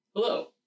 Hello